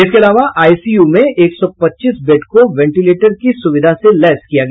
इसके अलावा आईसीयू में एक सौ पच्चीस बेड को वेंटिलेटर की सुविधा से लैस किया गया